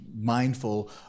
mindful